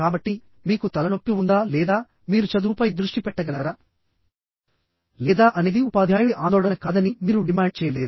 కాబట్టి మీకు తలనొప్పి ఉందా లేదా మీరు చదువుపై దృష్టి పెట్టగలరా లేదా అనేది ఉపాధ్యాయుడి ఆందోళన కాదని మీరు డిమాండ్ చేయలేరు